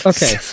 Okay